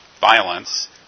violence